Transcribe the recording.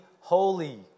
holy